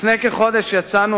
לפני כחודש יצאנו,